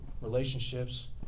relationships